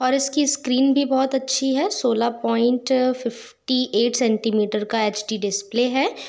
और इसकी स्क्रीन भी बहुत अच्छी है सोलह पॉइंट फिफ्टी ऐट सेंटीमीटर का हेच डी डिस्प्ले है